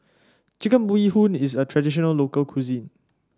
Chicken Bee Hoon is a traditional local cuisine